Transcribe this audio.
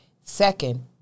Second